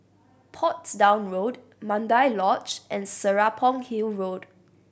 Portsdown Road Mandai Lodge and Serapong Hill Road